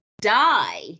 die